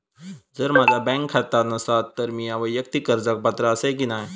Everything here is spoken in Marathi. जर माझा बँक खाता नसात तर मीया वैयक्तिक कर्जाक पात्र आसय की नाय?